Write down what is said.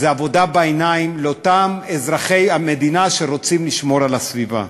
זה עבודה בעיניים על אותם אזרחי המדינה שרוצים לשמור על הסביבה.